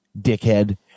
dickhead